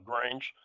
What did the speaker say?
grains